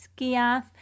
Skiath